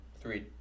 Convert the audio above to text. three